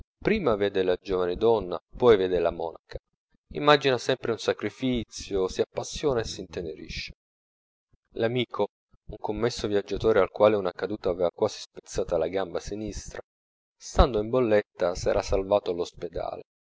prima vede la giovane donna poi vede la monaca imagina sempre un sacrifizio si appassiona e s'intenerisce l'amico un commesso viaggiatore al quale una caduta avea quasi spezzata la gamba sinistra stando in bolletta s'era salvato